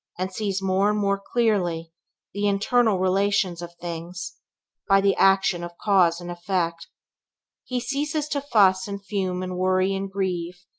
and sees more and more clearly the internal relations of things by the action of cause and effect he ceases to fuss and fume and worry and grieve,